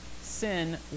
sin